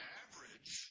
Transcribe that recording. average